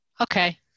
Okay